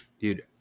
dude